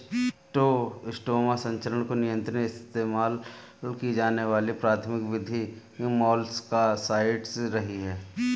schistosoma संचरण को नियंत्रित इस्तेमाल की जाने वाली प्राथमिक विधि मोलस्कसाइड्स रही है